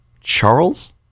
Charles